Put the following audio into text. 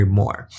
more